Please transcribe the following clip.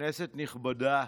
כנסת נכבדה,